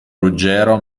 ruggero